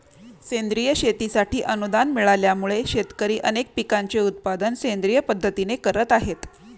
सेंद्रिय शेतीसाठी अनुदान मिळाल्यामुळे, शेतकरी अनेक पिकांचे उत्पादन सेंद्रिय पद्धतीने करत आहेत